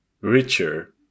richer